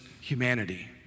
humanity